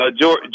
George